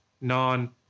non